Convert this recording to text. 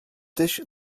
dish